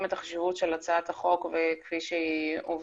את החשיבות של הצעת החוק כפי שהובאה.